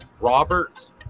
Robert